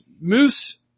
moose